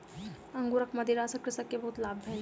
अंगूरक मदिरा सॅ कृषक के बहुत लाभ भेल